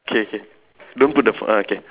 okay okay don't put the phone uh okay